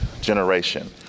generation